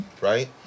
right